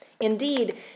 Indeed